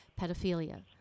pedophilia